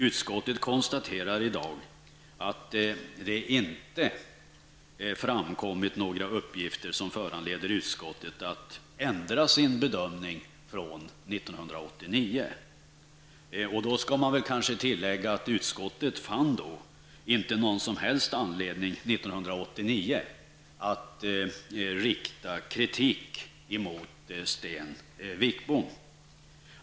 Utskottet konstaterar i dag att det inte framkommit några uppgifter som föranleder utskottet att ändra sin bedömning från 1989. Då skall det kanske tilläggas att utskottet 1989 inte fann någon som helst anledning att rikta kritik mot Sten Wickbom.